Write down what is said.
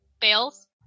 fails